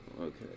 Okay